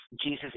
Jesus